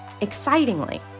Excitingly